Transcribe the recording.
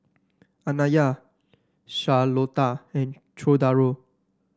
Anaya Charlotta and Cordaro